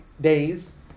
days